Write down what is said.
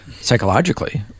psychologically